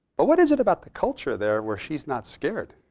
but what is it about the culture there where she's not scared?